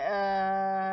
err